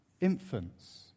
infants